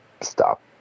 stop